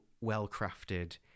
well-crafted